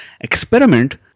experiment